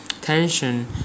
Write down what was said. tension